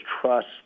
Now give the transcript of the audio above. trust